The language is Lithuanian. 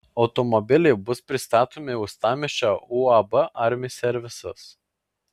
automobiliai bus pristatomi uostamiesčio uab armi servisas